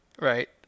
Right